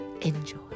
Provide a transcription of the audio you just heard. enjoy